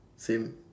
same